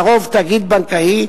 לרוב תאגיד בנקאי,